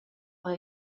per